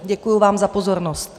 Děkuji vám za pozornost.